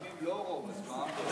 גם אם לא רוב, אז מה?